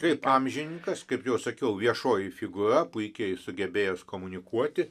taip amžininkas kaip jau sakiau viešoji figūra puikiai sugebėjęs komunikuoti